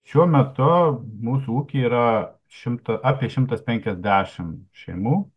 šiuo metu mūsų ūky yra šimta apie šimtas penkiasdešim šeimų